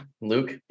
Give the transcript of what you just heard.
Luke